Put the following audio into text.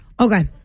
Okay